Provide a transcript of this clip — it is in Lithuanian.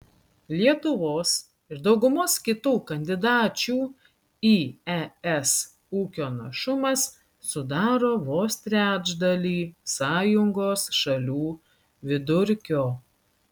lietuvos ir daugumos kitų kandidačių į es ūkio našumas sudaro vos trečdalį sąjungos šalių vidurkio